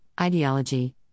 ideology